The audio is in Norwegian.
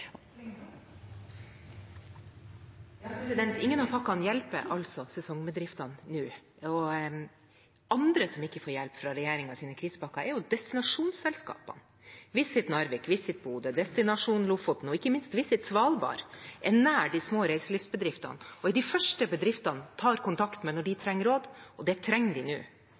Ingen av pakkene hjelper altså sesongbedriftene nå. Andre som ikke får hjelp av regjeringens krisepakker, er destinasjonsselskapene. Visit Narvik, Visit Bodø, Destination Lofoten og ikke minst Visit Svalbard er nær de små reiselivsbedriftene og er de første bedriftene tar kontakt med når de trenger råd, og det trenger de nå.